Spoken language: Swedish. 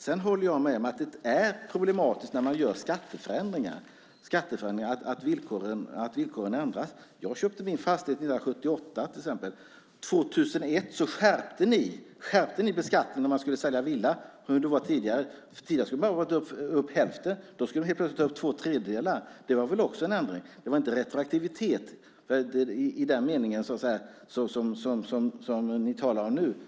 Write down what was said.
Jag håller dock med om att det är problematiskt när man gör skatteförändringar och ändrar villkor. Jag köpte min fastighet 1978. År 2001 skärpte ni beskattningen vid försäljning av villa. Tidigare skulle man bara ta upp hälften. Sedan skulle man plötsligt ta upp två tredjedelar. Det var väl också en ändring. Det var i och för sig inte retroaktivitet i den meningen som ni talar om nu.